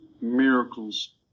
miracles